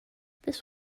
this